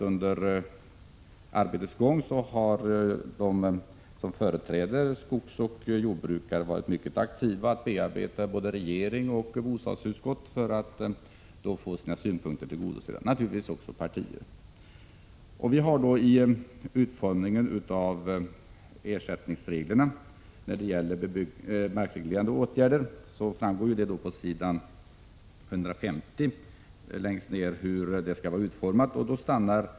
Under arbetets gång har de som företräder skogsoch jordbruket varit mycket aktiva för att bearbeta såväl regering och bostadsutskott som partier för att få sina synpunkter tillgodosedda. Utformningen av ersättningsreglerna för markreglerande åtgärder framgår på s. 150.